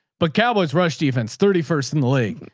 but cowboys rushed defense thirty first in the league.